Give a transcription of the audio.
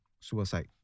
suicide